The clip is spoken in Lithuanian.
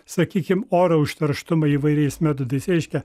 sakykim oro užterštumą įvairiais metodais reiškia